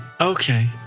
Okay